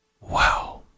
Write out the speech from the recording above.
Wow